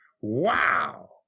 wow